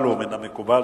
מן המקובל,